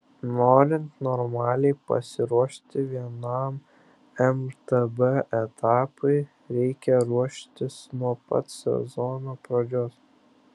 norint normaliai pasiruošti vienam mtb etapui reikia ruoštis nuo pat sezono pradžios